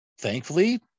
Thankfully